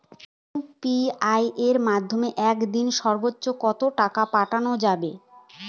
UPI এর মাধ্যমে এক দিনে সর্বচ্চ কত টাকা পাঠানো যায়?